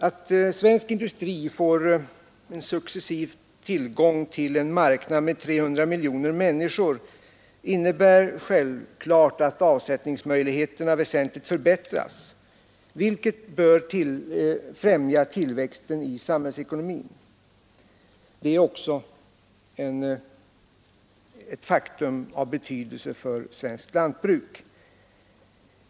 Att svensk industri successivt får tillgång till en marknad med ca 300 125 miljoner människor innebär självklart att avsättningsmöjligheterna väsentligt förbättras, vilket bör främja tillväxten i samhällsekonomin. Det är ett faktum av betydelse även för svenskt lantbruk.